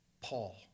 Paul